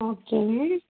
okay